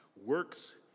works